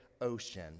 Ocean